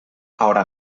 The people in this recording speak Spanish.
ahora